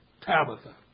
Tabitha